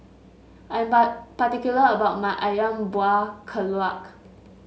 I am particular about my ayam Buah Keluak